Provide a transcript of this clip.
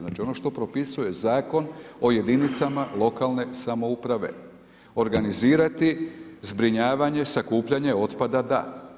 Znači, ono što propisuje Zakon o jedinicama lokalne samouprave, organizirati zbrinjavanje sakupljanja, otpada da.